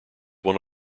one